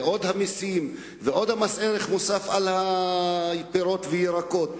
ועוד המסים ומס ערך מוסף על פירות ירקות.